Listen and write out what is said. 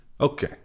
Okay